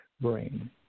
Brain